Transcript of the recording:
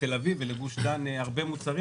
ולגוש דן הרבה מוצרים,